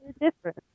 Different